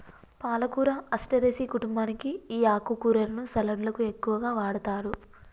పాలకూర అస్టెరెసి కుంటుంబానికి ఈ ఆకుకూరలను సలడ్లకు ఎక్కువగా వాడతారు